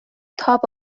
تاب